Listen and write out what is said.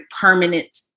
permanent